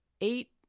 eight